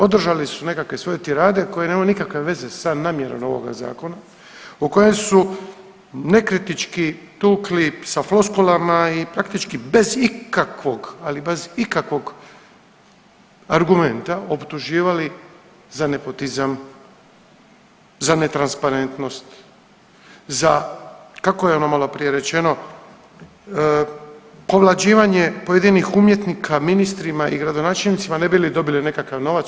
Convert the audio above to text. Održali su nekakve svoje tirade koje nemaju nikakve veze sa namjerom ovog zakona o kojem su nekritički tukli sa floskulama i praktički bez ikakvog, ali bez ikakvog argumenta optuživali za nepotizam, za netransparentnost, za, kako je ono maloprije rečeno, povlađivanje pojedinih umjetnika ministrima i gradonačelnicima ne bi li dobili nekakav novac.